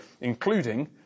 including